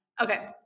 Okay